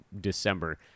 December